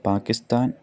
Pakistan